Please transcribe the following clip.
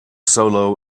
solo